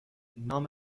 نام